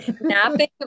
napping